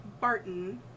Barton